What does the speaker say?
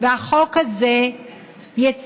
והחוק הזה יסמן,